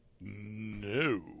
No